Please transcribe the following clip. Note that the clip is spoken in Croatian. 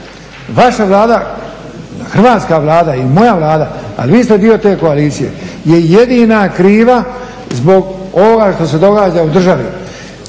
Vaša Vlada, Hrvatska vlada i moja Vlada, ali vi ste dio te koalicije, je jedina kriva zbog ovoga što se događa u državi.